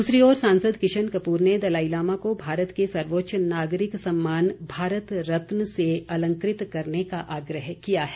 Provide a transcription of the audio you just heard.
दूसरी ओर सांसद किशन कपूर ने दलाई लामा को भारत के सर्वोच्च नागरिक सम्मान भारत रत्न से अलंकृत करने का आग्रह किया है